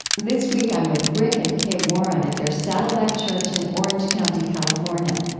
this week, i'm with rick and kay warren at their saddleback church in orange county, california.